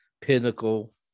Pinnacle